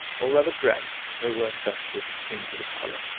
or rather dragged, her work-basket into the parlor.